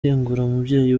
umubyeyi